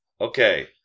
Okay